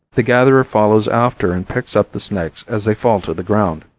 the gatherer follows after and picks up the snakes as they fall to the ground.